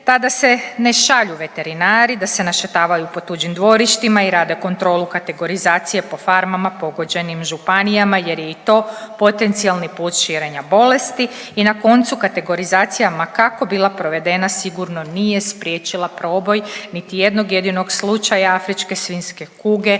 tada se ne šalju veterinari da se našetavaju po tuđim dvorištima i rade kontrolu kategorizacije po farmama, pogođenim županijama jer je i to potencijalni put širenja bolesti i na koncu, kategorizacija, ma kako bila provedena, sigurno nije spriječila proboj niti jednog jedinog slučaja ASK-a jer